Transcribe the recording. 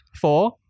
four